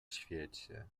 świecie